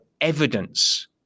evidence